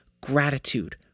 gratitude